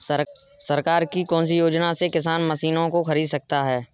सरकार की कौन सी योजना से किसान मशीनों को खरीद सकता है?